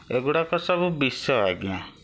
ଏଗୁଡ଼ାକ ସବୁ ବିଷ ଆଜ୍ଞା